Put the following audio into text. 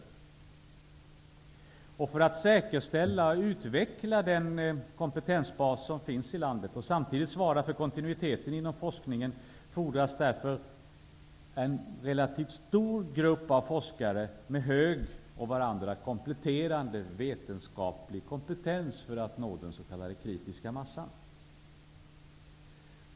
För att man skall kunna säkerställa och utveckla den kompetensbas som finns i landet och samtidigt svara för kontinuiteten inom forskningen fordras därför en relativt stor grupp av forskare med hög och varandra kompletterande vetenskaplig kompetens, för att nå den s.k. kritiska massan.